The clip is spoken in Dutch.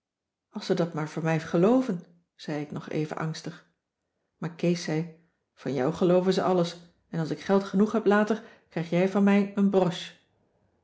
als ze dat maar van mij gelooven zei ik nog even angstig maar kees zei van jou gelooven ze alles en als ik geld genoeg heb later krijg jij van mij een